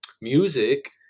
music